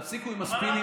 תפסיקו עם הספינים